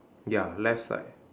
ya left side